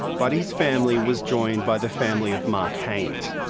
buddy's family was joined by the family of mark haines.